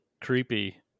creepy